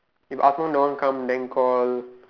if Asman don't want to come then call